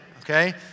okay